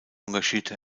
engagierte